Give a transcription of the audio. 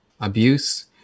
abuse